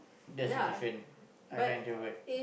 that's the different I not introvert